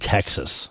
Texas